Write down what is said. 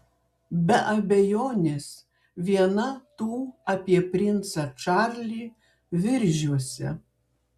be abejonės viena tų apie princą čarlį viržiuose